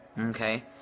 Okay